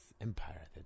empire